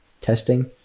testing